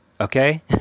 Okay